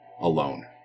alone